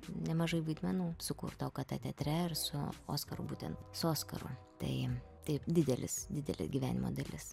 nemažai vaidmenų sukurta okt teatre ir su oskaru būtent su oskaru tai taip didelis didelė gyvenimo dalis